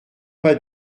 pas